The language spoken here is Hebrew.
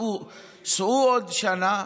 סעו עוד שנה,